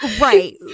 Right